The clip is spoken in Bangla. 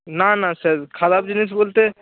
না না স্যার খারাপ জিনিস বলতে